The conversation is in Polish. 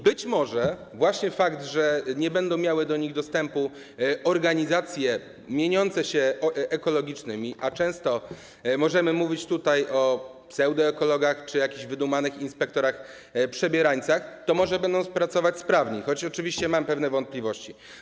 Być może właśnie dzięki faktowi, że nie będą miały do nich dostępu organizacje mieniące się ekologicznymi - a często możemy mówić tutaj o pseudoekologach czy jakichś wydumanych inspektorach przebierańcach - będą one pracować sprawniej, choć oczywiście mam pewne wątpliwości.